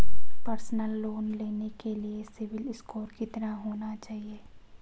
Personal loan लेने के लिए सिबिल स्कोर कितना होना चाहिए?